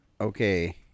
okay